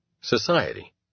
society